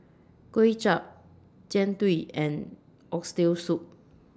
Kway Chap Jian Dui and Oxtail Soup